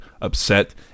upset